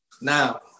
Now